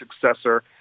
successor